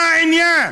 מה העניין?